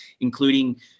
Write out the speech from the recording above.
including –